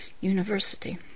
University